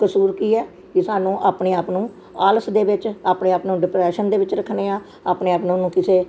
ਕਸੂਰ ਕੀ ਹੈ ਕਿ ਸਾਨੂੰ ਆਪਣੇ ਆਪ ਨੂੰ ਆਲਸ ਦੇ ਵਿੱਚ ਆਪਣੇ ਆਪ ਨੂੰ ਡਿਪਰੈਸ਼ਨ ਦੇ ਵਿੱਚ ਰੱਖਣੇ ਆ ਆਪਣੇ ਆਪ ਨੂੰ ਉਹਨੂੰ ਕਿਸੇ